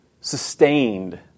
sustained